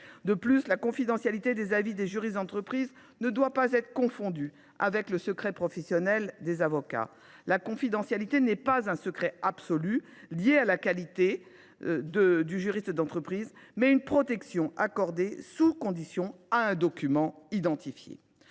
De plus, la confidentialité des avis des juristes d’entreprise ne doit pas être confondue avec le secret professionnel des avocats. La confidentialité est non pas un secret absolu lié à la qualité de juriste d’entreprise, mais une protection accordée sous conditions à un document identifié.